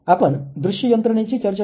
आपण दृश्य यंत्रणेची चर्चा केली